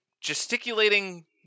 gesticulating